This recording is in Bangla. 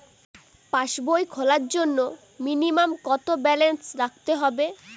পাসবই খোলার জন্য মিনিমাম কত ব্যালেন্স রাখতে হবে?